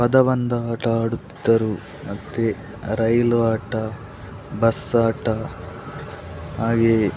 ಪದಬಂಧ ಆಟ ಆಡುತ್ತಿದ್ದರು ಮತ್ತು ರೈಲು ಆಟ ಬಸ್ ಆಟ ಹಾಗೆಯೇ